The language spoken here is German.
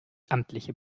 amtliche